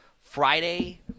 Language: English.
Friday